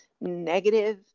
negative